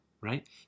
right